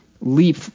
leap